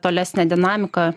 tolesnę dinamiką